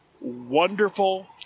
wonderful